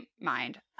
mind